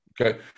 okay